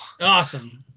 Awesome